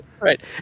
Right